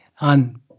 on